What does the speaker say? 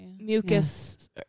mucus